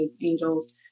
angels